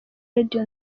radio